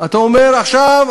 אתה אומר עכשיו,